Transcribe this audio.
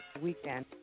weekend